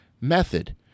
method